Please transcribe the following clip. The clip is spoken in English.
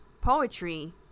poetry